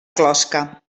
closca